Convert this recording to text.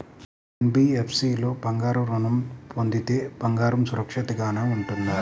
NBFC లో బంగారు ఋణం పొందితే బంగారం సురక్షితంగానే ఉంటుందా?